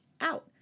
out